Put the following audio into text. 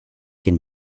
can